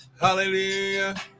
hallelujah